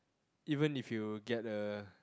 even if you get a